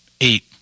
eight